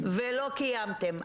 ולא קיימתם.